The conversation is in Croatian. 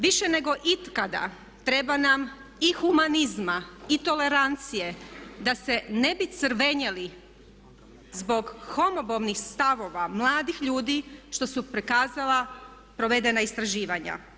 Više nego ikada treba nam i humanizma i tolerancije da se ne bi crvenjeli zbog homo … stavova mladih ljudi što su prikazala provedena istraživanja.